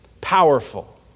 powerful